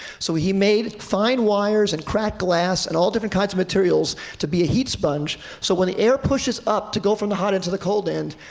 so he made fine wires, and cracked glass, and all different kinds of materials to be a heat sponge. so when the air pushes up to go from the hot end to the cold end,